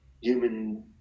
human